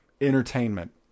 entertainment